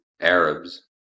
Arabs